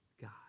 God